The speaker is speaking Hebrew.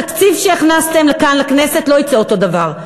התקציב שהכנסתם לכאן לכנסת לא יצא אותו דבר.